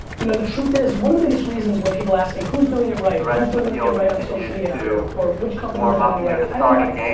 you know the truth is one of the biggest reasons when people ask me who's doing it right? or who's doing it right on social media? or or which companies are doing it right? i don't know.